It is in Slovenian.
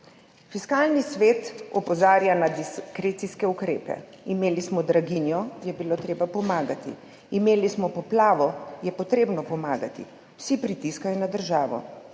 Fiskalni svet opozarja na diskrecijske ukrepe. Imeli smo draginjo, treba je bilo pomagati, imeli smo poplavo, treba je pomagati. Vsi pritiskajo na državo